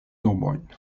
nomojn